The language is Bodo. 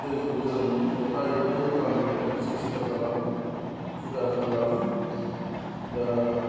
दैखौ जों एफा एफायै बाहायनो सेस्था खालाम हुदा खालाम दा